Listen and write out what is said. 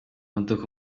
imodoka